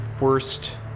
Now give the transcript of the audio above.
worst